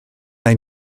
ein